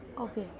Okay